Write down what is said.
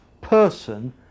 person